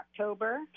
october